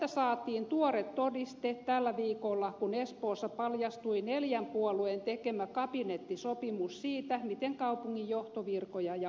tästä saatiin tuore todiste tällä viikolla kun espoossa paljastui neljän puolueen tekemä kabinettisopimus siitä miten kaupungin johtovirkoja jaetaan